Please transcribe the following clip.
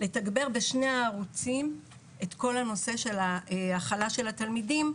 לתגבר בשני הערוצים את כל הנושא של ההכלה של התלמידים.